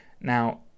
Now